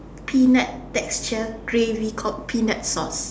peanut texture gravy called peanut sauce